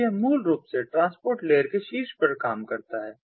तो यह मूल रूप से ट्रांसपोर्ट लेयर के शीर्ष पर काम करता है